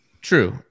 True